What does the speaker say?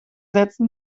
setzen